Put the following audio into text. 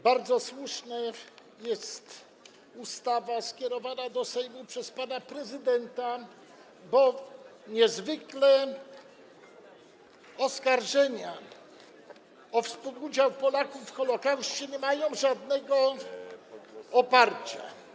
Bardzo słuszna jest ustawa skierowana do Sejmu przez pana prezydenta, bo niezwykłe oskarżenia o współudział Polaków w Holokauście nie mają żadnego oparcia.